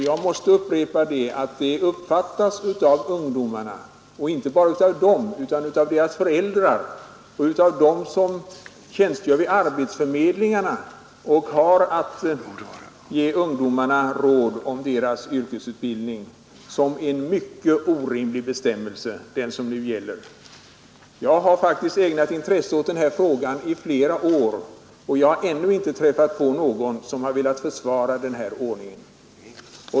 Jag måste upprepa att nu gällande bestämmelse inte bara av ungdomarna utan också av deras föräldrar och av dem som vid arbetsförmedlingarna har att ge ungdomarna råd om deras yrkesutbildning uppfattas som helt orimlig. Jag har faktiskt ägnat intresse åt saken i flera år och har ännu inte träffat på någon som har velat försvara nu gällande ordning.